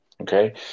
Okay